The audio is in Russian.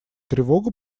тревогу